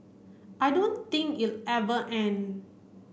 I don't think it ever end